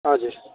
हजुर